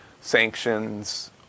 sanctions